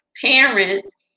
parents